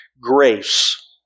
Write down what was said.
grace